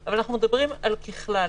אבל ככלל,